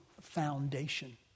foundation